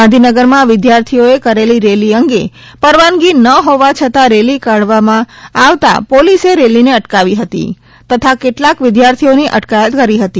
ગાંધીનગરમાં વિદ્યાર્થીઓએ યોજેલી રેલી અંગે પરવાનગી ન હોવા છતાં રેલી કાઢવામાં આવતાં પોલીસે રેલીને અટકાવી હતી તથા કેટલાંક વિદ્યાર્થીઓની અટકાયત કરી હતી